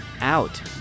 out